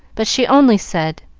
but she only said,